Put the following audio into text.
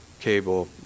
cable